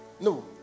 no